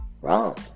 Wrong